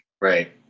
Right